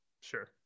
Sure